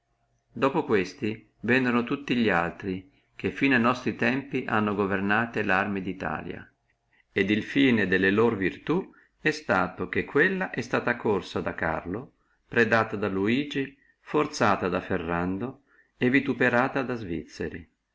dopo questi vennono tutti li altri che fino a nostri tempi hanno governato queste arme et il fine della loro virtù è stato che italia è suta corsa da carlo predata da luigi sforzata da ferrando e vituperata da svizzeri